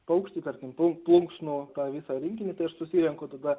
paukštį tarkim plunksnų tą visą rinkinį tai aš susirenku tada